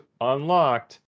unlocked